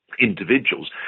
individuals